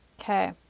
Okay